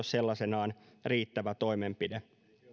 sellaisenaan riittävä toimenpide